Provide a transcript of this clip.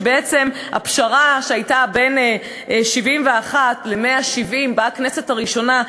בעצם הפשרה שהייתה בין 71 ל-170 בכנסת הראשונה,